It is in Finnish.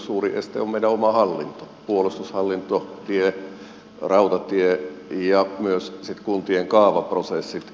suurin este on meidän oma hallinto puolustushallinto tie rautatie ja myös sitten kuntien kaavaprosessit